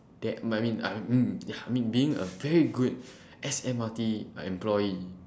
that I mean I'm mm ya I mean being a very good S_M_R_T employee